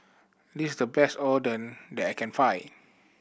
this is the best Oden that I can find